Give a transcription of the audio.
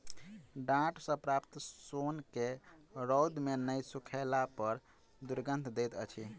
डांट सॅ प्राप्त सोन के रौद मे नै सुखयला पर दुरगंध दैत अछि